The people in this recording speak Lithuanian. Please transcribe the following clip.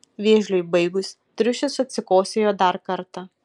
vėžliui baigus triušis atsikosėjo dar kartą